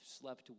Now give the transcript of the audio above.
slept